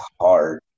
hard